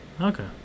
Okay